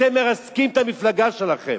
אתם מרסקים את המפלגה שלכם.